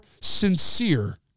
sincere